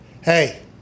hey